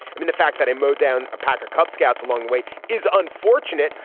i mean, the fact that i mowed down a packer cub scouts along the way is unfortunate.